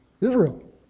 Israel